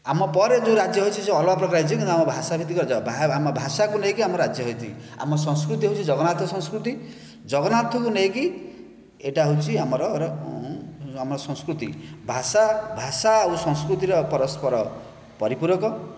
ଆମ ପରେ ଯେଉଁ ରାଜ୍ୟ ହୋଇଛି ସେ ଅଲଗା ପ୍ରକାର ରାଜ୍ୟ କିନ୍ତୁ ଆମ ଭାଷା ଭିତ୍ତିକ ରାଜ୍ୟ ଆମ ଭାଷାକୁ ନେଇକି ଆମ ରାଜ୍ୟ ହୋଇଛି ଆମ ସଂସ୍କୃତି ହେଉଛି ଜଗନ୍ନାଥ ସଂସ୍କୃତି ଜଗନ୍ନାଥଙ୍କୁ ନେଇକି ଏଇଟା ହେଉଛି ଆମର ଆମ ସଂସ୍କୃତି ଭାଷା ଭାଷା ଆଉ ସଂସ୍କୃତିର ପରସ୍ପର ପରିପୂରକ